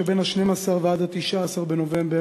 שבין 12 ועד 19 בנובמבר,